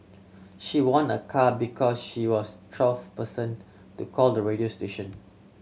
she won a car because she was twelfth person to call the radio station